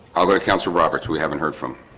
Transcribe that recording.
other council robert's we haven't heard from